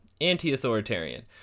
anti-authoritarian